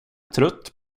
trött